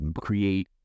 create